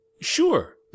Sure